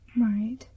Right